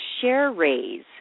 share-raise